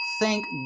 Thank